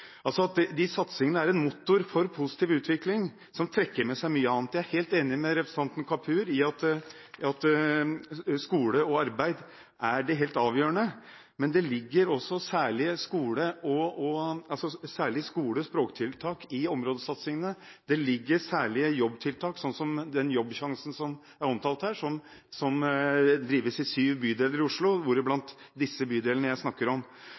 satsingene er en motor for positiv utvikling, som trekker med seg mye annet. Jeg er helt enig med representanten Kapur i at skole og arbeid er det helt avgjørende, men det ligger også særlige skole- og språktiltak i områdesatsingene, og det ligger særlige jobbtiltak – slik som Jobbsjansen, som ble omtalt her, som drives i syv bydeler i Oslo, hvoriblant disse bydelene jeg snakker om.